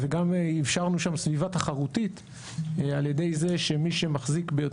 גם אפשרנו שם סביבה תחרותית על ידי זה שמי שמחזיק ביותר